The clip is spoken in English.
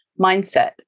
mindset